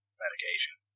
medication